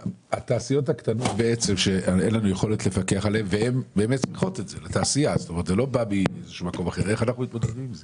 התעשיות הקטנות שבאמת צריכות את זה לתעשייה איך אנחנו בכל זאת